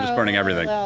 um burning everything.